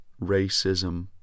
racism